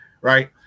right